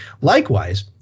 Likewise